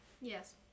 Yes